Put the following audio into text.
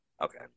Okay